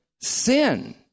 sin